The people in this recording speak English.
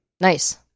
Nice